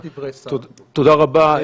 תודה רבה.